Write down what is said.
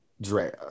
Drea